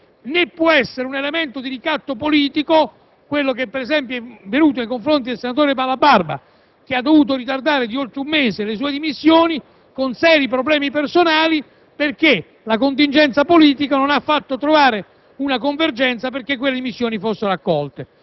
a continuare ad essere parlamentare se non lo vuole, né questo può essere un elemento di ricatto politico, come per esempio è avvenuto nei confronti del senatore Malabarba, che ha dovuto ritardare di oltre un mese le sue dimissioni, con seri problemi personali, perché la contingenza politica non ha consentito di trovare